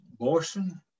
abortion